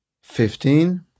Fifteen